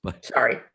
Sorry